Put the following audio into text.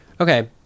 Okay